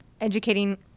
educating